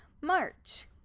march